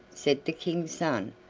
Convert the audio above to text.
said the king's son.